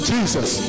Jesus